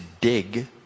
dig